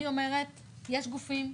אני אומרת, יש גופים,